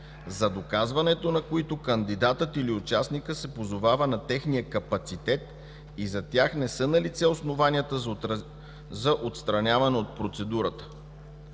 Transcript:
за доказването на които кандидатът или участникът се позовава на техния капацитет и за тях не са налице основанията за отстраняване от процедурата.